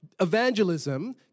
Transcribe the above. Evangelism